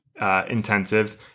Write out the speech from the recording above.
intensives